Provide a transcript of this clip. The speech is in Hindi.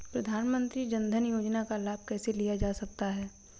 प्रधानमंत्री जनधन योजना का लाभ कैसे लिया जा सकता है?